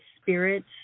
spirits